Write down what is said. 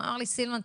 הוא אמר לי: סילמן,